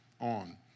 on